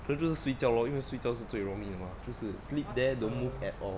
可能就是睡觉咯因为睡觉是最容易的嘛就是 sleep there don't move at all